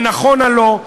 שנכונה לו,